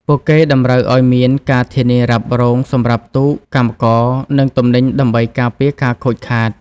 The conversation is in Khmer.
ពួកគេតម្រូវឱ្យមាន ការធានារ៉ាប់រង សម្រាប់ទូក កម្មករ និងទំនិញដើម្បីការពារការខូចខាត។